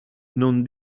non